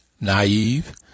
naive